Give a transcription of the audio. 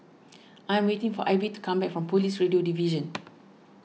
I am waiting for Ivy to come back from Police Radio Division